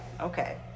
Okay